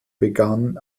begann